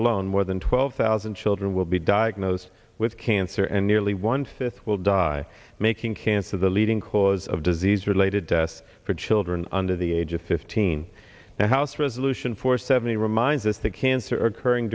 alone more than twelve thousand children will be diagnosed with cancer and nearly one fifth will die making cancer the leading cause of disease related death for children under the age of fifteen now house resolution four seventy reminds us that cancer occurring